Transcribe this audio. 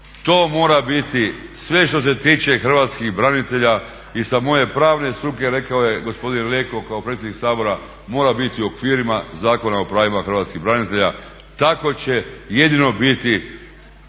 to mora biti sve što se tiče hrvatskih branitelja i sa moje pravne struke rekao je gospodin Leko kao predsjednik Sabora mora biti u okvirima Zakona o pravima hrvatskih branitelja. Tako će jedino biti